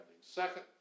Second